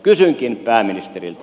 kysynkin pääministeriltä